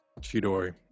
Chidori